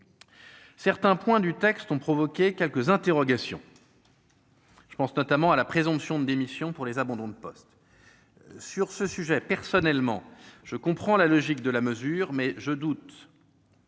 Certains points du texte ont provoqué quelques interrogations. Je pense notamment à la présomption d'émission pour les abandons de poste sur ce sujet, personnellement, je comprends la logique de la mesure, mais je doute.